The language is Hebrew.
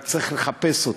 רק צריך לחפש אותם.